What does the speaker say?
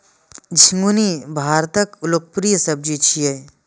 झिंगुनी भारतक लोकप्रिय सब्जी छियै